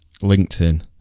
LinkedIn